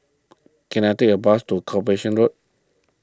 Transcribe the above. can I take a bus to Corporation Road